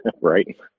right